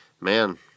man